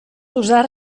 usar